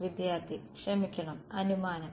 വിദ്യാർത്ഥി ക്ഷമിക്കണം അനുമാനം